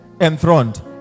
enthroned